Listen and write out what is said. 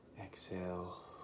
Exhale